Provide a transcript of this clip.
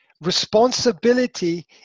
responsibility